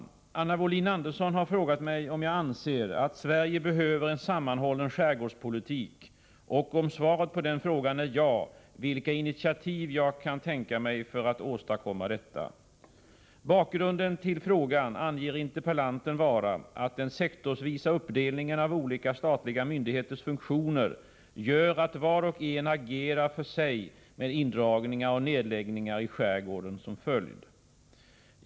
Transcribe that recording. Herr talman! Anna Wohlin-Andersson har frågat mig om jag anser att Sverige behöver en sammanhållen skärgårdspolitik och, om svaret på den frågan är ja, vilka initiativ jag kan tänka mig för att åstadkomma detta. Bakgrunden till frågan anger interpellanten vara att den sektorsvisa uppdelningen av olika statliga myndigheters funktioner gör att var och en agerar för sig med indragningar och nedläggningar i skärgården som följd.